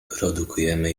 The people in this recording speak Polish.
produkujemy